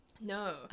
No